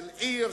של עיר,